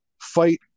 fight